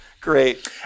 Great